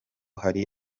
hari